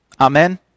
Amen